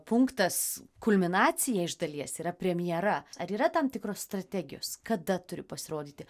punktas kulminacija iš dalies yra premjera ar yra tam tikros strategijos kada turi pasirodyti